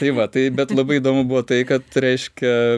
tai va tai bet labai įdomu buvo tai kad reiškia